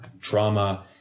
trauma